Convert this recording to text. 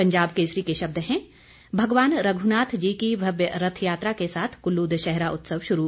पंजाब केसरी के शब्द हैं भगवान रघ्नाथ जी की भव्य रथयात्रा के साथ कुल्लू दशहरा उत्सव शुरू